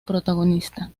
protagonista